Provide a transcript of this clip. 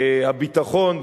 הביטחון,